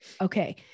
Okay